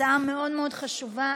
הצעה מאוד מאוד חשובה.